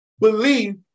believe